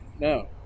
No